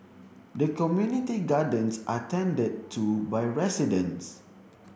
the community gardens are tended to by residents